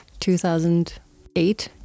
2008